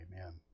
amen